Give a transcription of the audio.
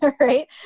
right